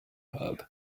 hub